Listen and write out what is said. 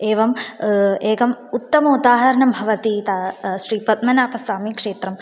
एवम् एकम् उत्तम उदाहरणं भवति ता श्रीपद्मनाभस्वामिक्षेत्रम्